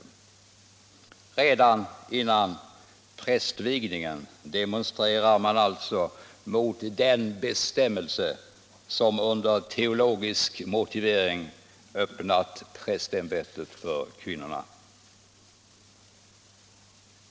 Redan före prästvigningen demonstrerar man alltså mot den bestämmelse som med teologisk motivering öppnat prästämbetet för kvinnor.